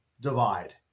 divide